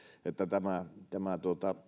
jollain tavalla aisoihin tämä